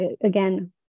Again